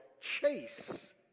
chase